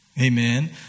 Amen